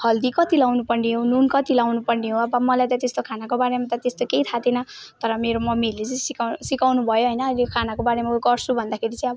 हल्दी कति लगाउनुपर्ने हो नुन कति लगाउनुपर्ने हो अब मलाई त त्यस्तो खानाको बारेमा त्यस्तो केही थाहा थिएन तर मेरो मम्मीहरूले चाहिँ सिकाउ सिकाउनु भयो होइन यो खानाको बारेमा गर्छु भन्दाखेरि चाहिँ अब